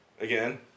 again